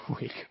week